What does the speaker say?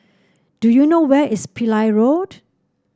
do you know where is Pillai Road